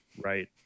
right